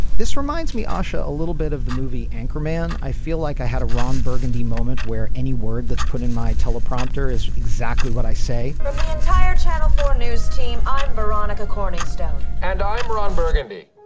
this reminds me ah asia a little bit of the movie anchorman. i feel like i had a ron burgundy moment where any word that's put in my teleprompter is exactly what i say the entire channel four news team. i'm veronica chording staff and i'm ron burgundy.